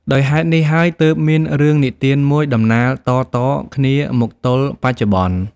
ដោយហេតុនេះហើយទើបមានរឿងនិទានមួយដំណាលតៗគ្នា មកទល់បច្ចុប្បន្ន ។